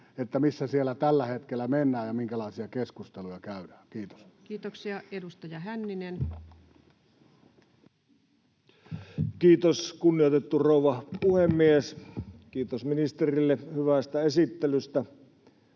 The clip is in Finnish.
missä siellä tällä hetkellä mennään ja minkälaisia keskusteluja käydään? — Kiitos. [Keskeltä: Hyvä kysymys!] Kiitoksia. — Edustaja Hänninen. Kiitos, kunnioitettu rouva puhemies! Kiitos ministerille hyvästä esittelystä.